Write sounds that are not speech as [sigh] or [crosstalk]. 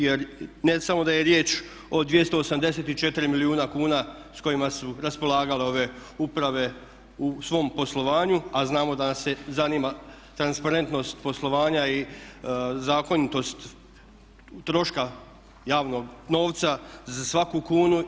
Jer ne samo da je riječ o 284 milijuna kuna s kojima su raspolagale ove uprave u svom poslovanju a znamo da … [unintelligible] zanima transparentnost poslovanja i zakonitost troška javnog novca za svaku kunu.